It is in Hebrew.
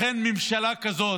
לכן, ממשלה כזאת,